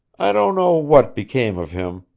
i don't know what became of him,